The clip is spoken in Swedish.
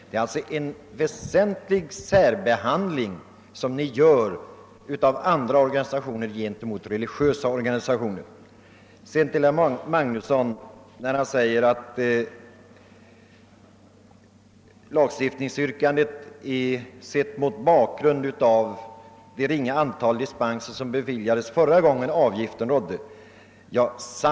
Ni vill alltså ha en väsentlig särbehandling av ickereligiösa organisationer. Herr Magnusson i Borås sade att lagstiftningsyrkandet måste ses moet bakgrunden av det ringa antal dispenser som förra gången beviljades.